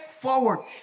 forward